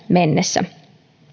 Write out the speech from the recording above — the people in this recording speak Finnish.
mennessä